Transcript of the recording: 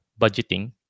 budgeting